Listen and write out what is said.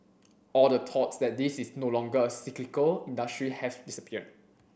all the thoughts that this is no longer a cyclical industry have